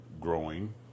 growing